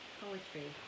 poetry